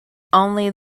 only